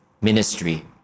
ministry